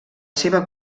seva